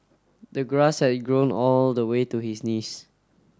the grass had grown all the way to his knees